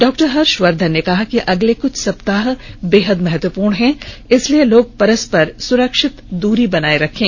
doctor Harshvardhan ने कहा कि अगले कुछ सप्ताह बेहद महत्वपूर्ण है इसलिए लोग परस्पर सुरक्षित दूरी बनाये रखे